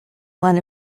one